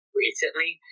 recently